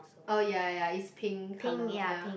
oh ya ya ya it's pink colour ya